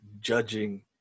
judging